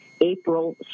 April